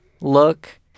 look